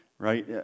Right